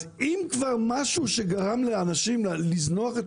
אז אם כבר משהו שגרם לאנשים לזנוח את